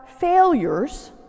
failures